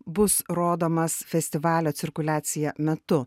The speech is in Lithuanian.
bus rodomas festivalio cirkuliacija metu